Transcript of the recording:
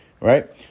right